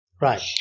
Right